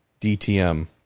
DTM